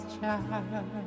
child